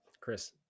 Chris